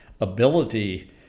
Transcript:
ability